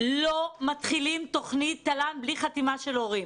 לא מתחילים תוכנית תל"ן בלי חתימה של הורים,